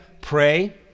pray